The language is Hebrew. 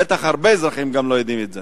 בטח גם הרבה אזרחים לא יודעים את זה.